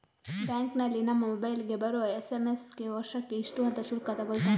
ಬ್ಯಾಂಕಿನಲ್ಲಿ ನಮ್ಮ ಮೊಬೈಲಿಗೆ ಬರುವ ಎಸ್.ಎಂ.ಎಸ್ ಗೆ ವರ್ಷಕ್ಕೆ ಇಷ್ಟು ಅಂತ ಶುಲ್ಕ ತಗೊಳ್ತಾರೆ